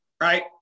right